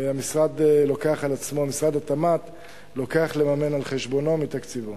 משרד התמ"ת לוקח לממן על חשבונו, מתקציבו.